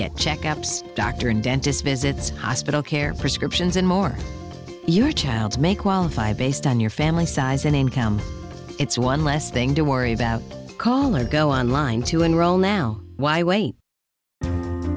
get checkups doctor and dentist visits hospital care prescriptions and more your child's may qualify based on your family size an encounter it's one less thing to worry about call or go online to enroll now why